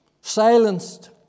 Silenced